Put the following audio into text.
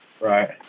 Right